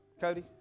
cody